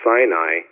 Sinai